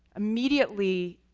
immediately,